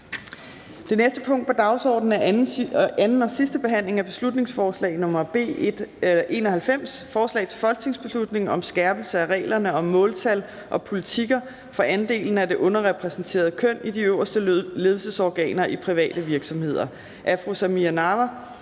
Det næste punkt på dagsordenen er: 16) 2. (sidste) behandling af beslutningsforslag nr. B 91: Forslag til folketingsbeslutning om skærpelse af reglerne om måltal og politikker for andelen af det underrepræsenterede køn i de øverste ledelsesorganer i private virksomheder. Af Samira Nawa